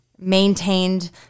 Maintained